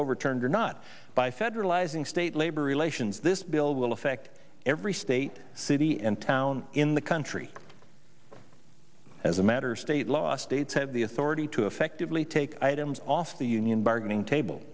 overturned or not by federalizing state labor relations this bill will affect every state city and town in the country as a matter of state law states have the authority to effectively take items off the union bargaining table